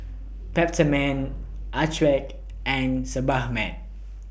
Peptamen Accucheck and